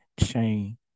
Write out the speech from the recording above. chain